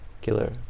killer